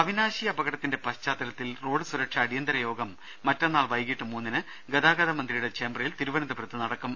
അവിനാശി അപകടത്തിന്റെ പശ്ചാത്തലത്തിൽ റോഡ് സുരക്ഷാ അടിയന്തിര യോഗം മറ്റന്നാൾ വൈകീട്ട് മൂന്നിന് ഗതാഗതമന്ത്രിയുടെ ചേംബറിൽ തിരുവനന്തപുരത്ത് നടക്കും